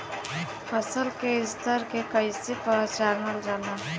फसल के स्तर के कइसी पहचानल जाला